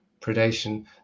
predation